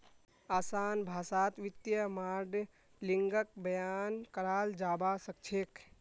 असान भाषात वित्तीय माडलिंगक बयान कराल जाबा सखछेक